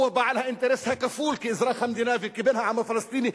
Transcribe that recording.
הוא בעל האינטרס הכפול כאזרח המדינה וכבן העם הפלסטיני,